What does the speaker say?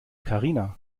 karina